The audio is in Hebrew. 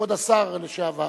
כבוד השר לשעבר.